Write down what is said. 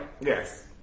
Yes